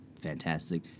fantastic